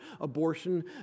Abortion